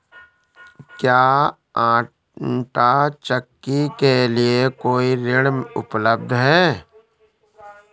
क्या आंटा चक्की के लिए कोई ऋण उपलब्ध है?